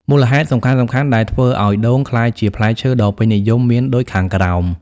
មូលហេតុសំខាន់ៗដែលធ្វើឲ្យដូងក្លាយជាផ្លែឈើដ៏ពេញនិយមមានដូចខាងក្រោម